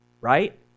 Right